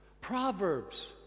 Proverbs